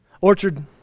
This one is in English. Orchard